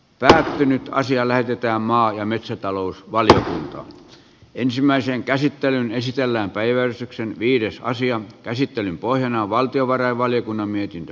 tähtinen asia lähetetään maa ja metsätalous val ja ensimmäisen käsittelyn esitellään päivän viides asian käsittelyn pohjana on valtiovarainvaliokunnan mietintö